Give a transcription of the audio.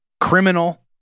criminal